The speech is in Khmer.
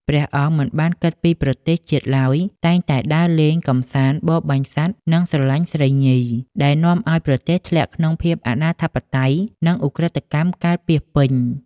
ព្រះអង្គមិនបានគិតពីប្រទេសជាតិឡើយ តែងតែដើរលេង កំសាន្ត បរបាញ់សត្វ និងស្រឡាញ់ស្រីញី ដែលនាំឱ្យប្រទេសធ្លាក់ក្នុងភាពអនាធិបតេយ្យ និងឧក្រិដ្ឋកម្មកើតពាសពេញ។